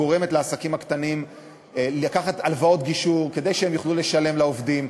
גורמת לעסקים הקטנים לקחת הלוואות גישור כדי שהם יוכלו לשלם לעובדים,